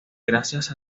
gracias